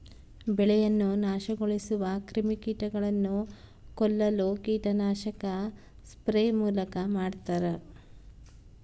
ಬೆಳೆಯನ್ನು ನಾಶಗೊಳಿಸುವ ಕ್ರಿಮಿಕೀಟಗಳನ್ನು ಕೊಲ್ಲಲು ಕೀಟನಾಶಕ ಸ್ಪ್ರೇ ಮೂಲಕ ಮಾಡ್ತಾರ